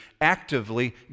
actively